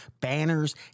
banners